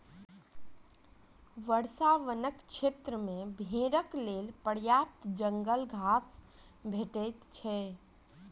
वर्षा वनक क्षेत्र मे भेड़क लेल पर्याप्त जंगल घास भेटैत छै